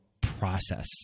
process